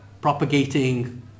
propagating